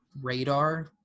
radar